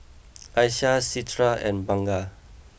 Aishah Citra and Bunga